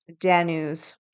Danu's